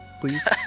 please